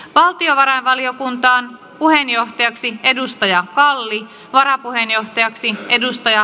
valtiovarainvaliokuntaan puheenjohtajaksi edustaja kalli varapuheenjohtajaksi edustaja